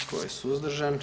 Tko je suzdržan?